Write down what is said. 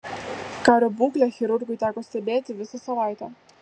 kario būklę chirurgui teko stebėti visą savaitę